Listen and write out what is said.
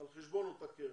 על חשבון אותה קרן.